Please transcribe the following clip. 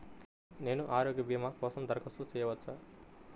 నేను ఆరోగ్య భీమా కోసం దరఖాస్తు చేయవచ్చా?